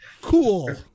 Cool